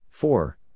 Four